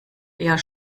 eher